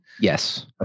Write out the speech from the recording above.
Yes